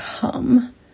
come